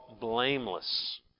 blameless